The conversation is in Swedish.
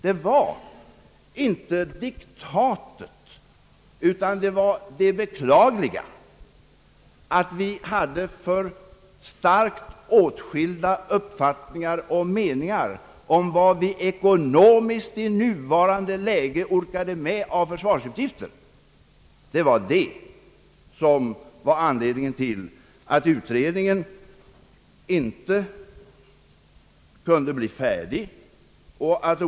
Det var inte »diktatet» utan det beklagliga förhållandet, att vi hade för starkt åtskilda uppfattningar om vad vi i nuvarande läge ekonomiskt orkade med av försvarsutgifter, som var anledningen till att utredningen inte kunde bli färdig i tid.